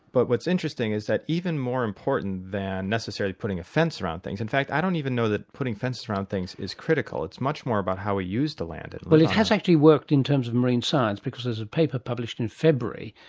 but what's interesting is that even more important than necessarily putting a fence around things. in fact i don't even know that putting fences around things is critical, it's much more about how we use the land. it but it has actually worked in terms of marine science because there's a paper published in february,